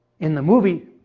in the movie.